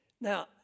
Now